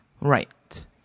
Right